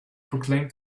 proclaimed